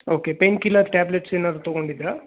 okay pain killer tablets ಏನಾದ್ರೂ ತಗೊಂಡಿದ್ದಿರಾ